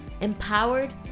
empowered